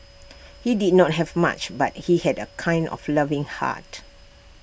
he did not have much but he had A kind of loving heart